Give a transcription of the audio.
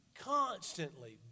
constantly